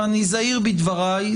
ואני זהיר בדבריי,